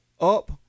up